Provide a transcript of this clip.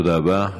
תודה רבה.